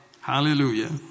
Hallelujah